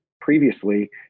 previously